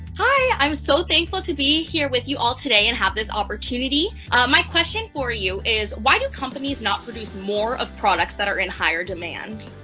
i'm so thankful to be here with you all today and have this opportunity my question for you is why do companies not produce more of products that are in higher demand?